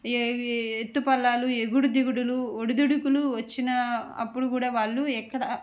ఎ ఎత్తుపల్లాలు ఎగుడు దిగుడులు ఒడుదుడుగులు వచ్చిన అప్పుడు కూడా వాళ్ళు ఎక్కడ